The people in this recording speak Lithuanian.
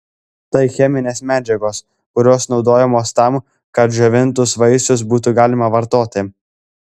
tai cheminės medžiagos kurios naudojamos tam kad džiovintus vaisius būtų galima vartoti